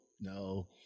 no